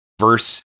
verse